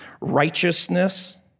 righteousness